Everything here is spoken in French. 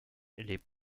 les